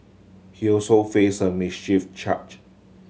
he also face a mischief charge